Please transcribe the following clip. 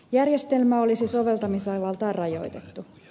järjestelmä olisi soveltamisalaltaan rajoitettu